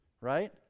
right